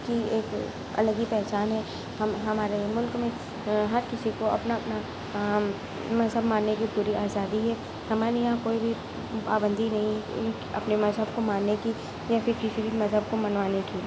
کی ایک الگ ہی پہچان ہے ہم ہمارے ملک میں ہر کسی کو اپنا اپنا مذہب ماننے کی پوری آزادی ہے ہمارے یہاں کوئی بھی پابندی نہیں ہے کہ اپنے مذہب کو ماننے کی یا پھر کسی بھی مذہب کو منوانے کی